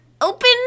open